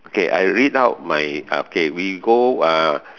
okay I read out my okay we go uh